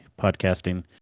podcasting